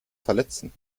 verletzen